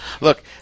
Look